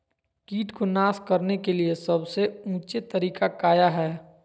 किट को नास करने के लिए सबसे ऊंचे तरीका काया है?